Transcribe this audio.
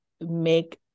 make